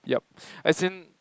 yup as in